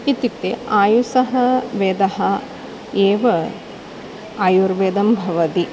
इत्युक्ते आयुषः वेदः एव आयुर्वेदं भवति